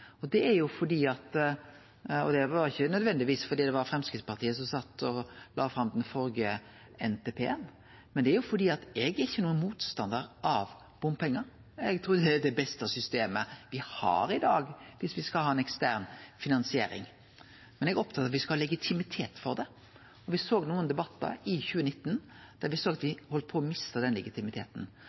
ikkje nødvendigvis fordi det var Framstegspartiet som la fram den førre NTP-en, men det er fordi eg ikkje er nokon motstandar av bompengar, eg trur det er det beste systemet me har i dag viss me skal ha ei ekstern finansiering. Men eg er opptatt av at me skal ha legitimitet for det. Me såg nokre debattar i 2019 der ein heldt på å miste den legitimiteten.